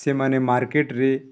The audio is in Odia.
ସେମାନେ ମାର୍କେଟରେ